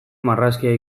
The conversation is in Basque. marrazkia